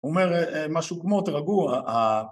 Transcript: הוא אומר משהו כמו תירגעו.